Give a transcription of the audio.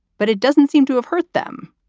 but it doesn't seem to have hurt them.